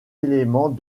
éléments